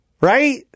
Right